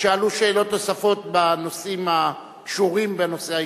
ישאלו שאלות נוספות בנושאים הקשורים בנושא העיקרי.